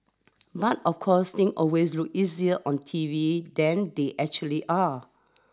but of course thing always look easier on T V than they actually are